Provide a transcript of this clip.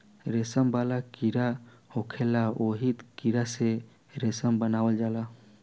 रेशम वाला कीड़ा होखेला ओही कीड़ा से रेशम बनावल जाला